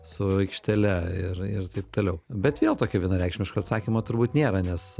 su aikštele ir ir taip toliau bet vėl tokio vienareikšmiško atsakymo turbūt nėra nes